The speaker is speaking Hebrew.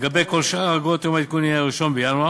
ולגבי כל שאר האגרות יום העדכון יהיה 1 בינואר.